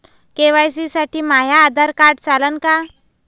KYC साठी माह्य Aadhaar card चालन का?